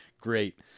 Great